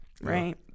right